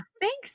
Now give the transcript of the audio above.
Thanks